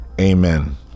Amen